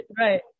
Right